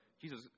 Jesus